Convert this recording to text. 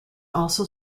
also